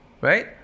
right